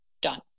done